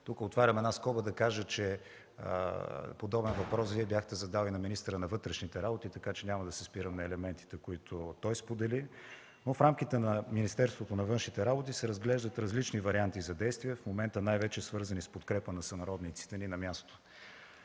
Тук отварям една скоба да кажа, че подобен въпрос бяхте задали на министъра на вътрешните работи, така че няма да се спирам на елементите, които той сподели. В рамките на Министерството на външните работи се разглеждат различни варианти за действия, в момента най-вече свързани с подкрепа на сънародниците ни на място.